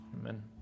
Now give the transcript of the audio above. Amen